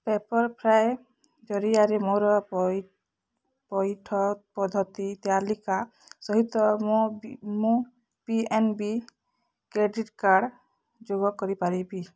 ପେପର୍ଫ୍ରାଏ ଜରିଆରେ ମୋର ପଇଠ ପଦ୍ଧତି ତାଲିକା ସହିତ ମୋ ମୁଁ P N B credit card ଯୋଗ କରିପାରିବି